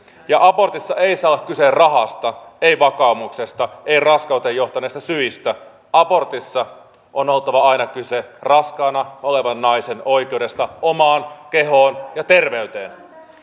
abortissa ei saa olla kyse rahasta ei vakaumuksesta ei raskauteen johtaneista syistä abortissa on oltava aina kyse raskaana olevan naisen oikeudesta omaan kehoon ja terveyteen